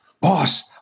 boss